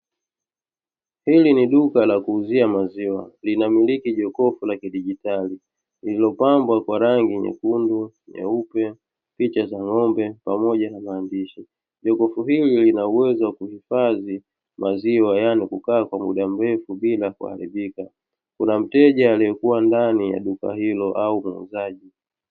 Hili ni duka la kuuzia maziwa, linamiliki jokofu la kidijitali, lililopambwa kwa rangi nyekundu, nyeupe, picha za ng'ombe pamoja na maandishi. Jokofu hili ilina uwezo wa kuhifadhi maziwa, yaani kukaa kwa muda mrefu bila kuharibika. Kuna mteja aliyekuwa ndani ya duka hilo au muuzaji.